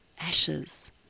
ashes